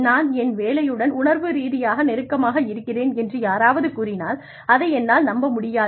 நான் என் வேலையுடன் உணர்வு ரீதியாக நெருக்கமாக இருக்கிறேன் என்று யாராவது கூறினால் அதை என்னால் நம்ப முடியாது